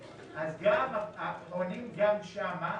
אז גם חונים שם,